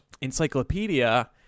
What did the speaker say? encyclopedia